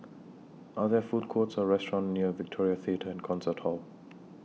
Are There Food Courts Or restaurants near Victoria Theatre and Concert Hall